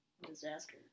Disaster